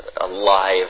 alive